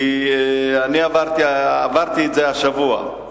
כי אני עברתי את זה השבוע.